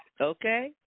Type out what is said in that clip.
Okay